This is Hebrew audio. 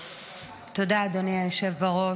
תודה, אדוני היושב בראש.